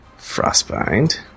Frostbind